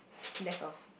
lesser